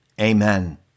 amen